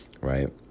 Right